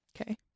Okay